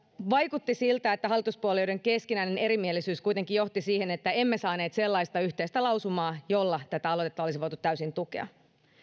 vaikutti siltä että hallituspuolueiden keskinäinen erimielisyys kuitenkin johti siihen että emme saaneet sellaista yhteistä lausumaa jolla tätä aloitetta olisi voitu täysin tukea